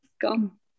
gone